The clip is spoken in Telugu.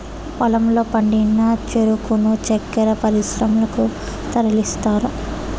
పొలంలో పండిన చెరుకును చక్కర పరిశ్రమలకు తరలిస్తారు